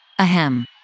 Ahem